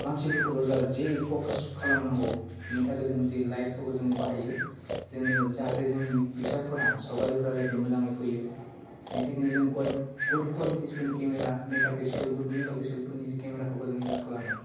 मानसिफोरखौल' जा जि फखास खालाम नांगौ बिनि थाखाइ जों जे लाइत्सफोरखौ जों बाहायो जोंनो जाहाते जोंनि फिकसारफोरा सावगारिफ्रा जाहाते मोजाङै फैयो बेनि थाखाइनो जों गुद कवालिटिसफोर केमेरा मेगापिकसेल गुद मेगा पिकसेलफोरनि केमेराखौबो जों इउस खालामो